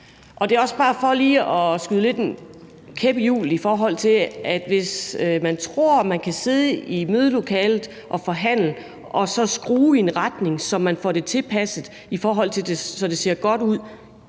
Det er også bare lidt for at skyde den ned med at tro, man kan sidde i mødelokalet og forhandle og så skrue i en retning, så man får det tilpasset, så det ser godt ud